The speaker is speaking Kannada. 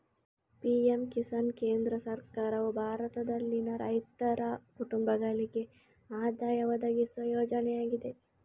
ಪಿ.ಎಂ ಕಿಸಾನ್ ಕೇಂದ್ರ ಸರ್ಕಾರವು ಭಾರತದಲ್ಲಿನ ರೈತರ ಕುಟುಂಬಗಳಿಗೆ ಆದಾಯ ಒದಗಿಸುವ ಯೋಜನೆಯಾಗಿದೆ